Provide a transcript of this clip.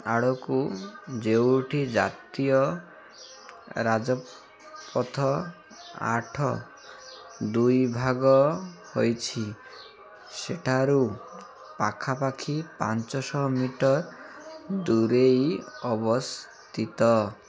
ଆଡ଼କୁ ଯେଉଁଠି ଜାତୀୟ ରାଜପଥ ଆଠ ଦୁଇ ଭାଗ ହୋଇଛି ସେଠାରୁ ପାଖାପାଖି ପାଞ୍ଚଶହ ମିଟର ଦୂରେଇ ଅବସ୍ଥିତ